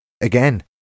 Again